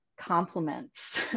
compliments